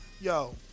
Yo